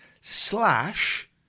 slash